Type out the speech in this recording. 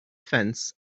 fence